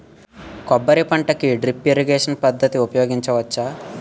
కొబ్బరి పంట కి డ్రిప్ ఇరిగేషన్ పద్ధతి ఉపయగించవచ్చా?